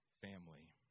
family